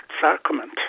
sacrament